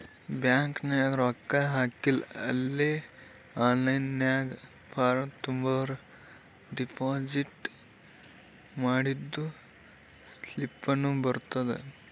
bank ನಾಗ್ ರೊಕ್ಕಾ ಹಾಕಿ ಅಲೇ ಆನ್ಲೈನ್ ನಾಗ್ ಫಾರ್ಮ್ ತುಂಬುರ್ ಡೆಪೋಸಿಟ್ ಮಾಡಿದ್ದು ಸ್ಲಿಪ್ನೂ ಬರ್ತುದ್